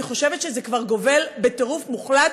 אני חושבת שזה כבר גובל בטירוף מוחלט.